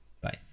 Bye